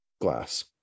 glass